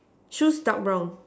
shoes dark brown